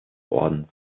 ordens